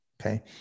Okay